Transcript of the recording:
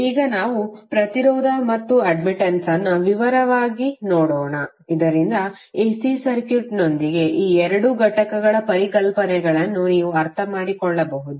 ಈಗ ನಾವು ಪ್ರತಿರೋಧ ಮತ್ತು ಅಡ್ಮಿಟ್ಟನ್ಸ್ ಅನ್ನು ವಿವರವಾಗಿ ನೋಡೋಣ ಇದರಿಂದ AC ಸರ್ಕ್ಯೂಟ್ನೊಂದಿಗಿನ ಈ ಎರಡು ಘಟಕಗಳ ಪರಿಕಲ್ಪನೆಗಳನ್ನು ನೀವು ಅರ್ಥಮಾಡಿಕೊಳ್ಳಬಹುದು